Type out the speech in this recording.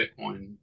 Bitcoin